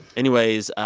anyways,